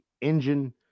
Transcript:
engine